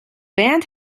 band